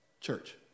Church